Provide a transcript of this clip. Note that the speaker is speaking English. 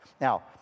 Now